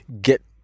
get